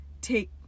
take